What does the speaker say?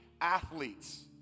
athletes